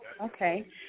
Okay